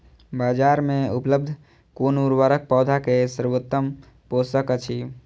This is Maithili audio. बाजार में उपलब्ध कुन उर्वरक पौधा के सर्वोत्तम पोषक अछि?